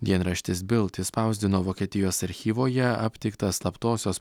dienraštis bilt išspausdino vokietijos archyvoje aptiktą slaptosios